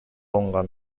алынган